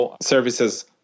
services